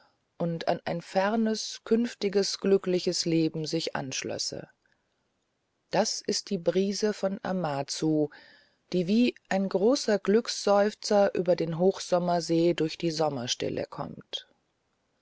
und an ein fernes und künftiges glückliches leben sich anschlösse das ist die brise von amazu die wie ein großer glückseufzer über den hochmittagsee durch die sommerstille kommt